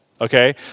Okay